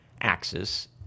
axis